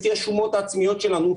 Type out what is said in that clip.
לפי השומות העצמיות שלנו,